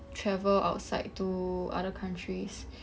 travel outside to other countries